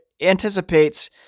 anticipates